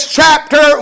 chapter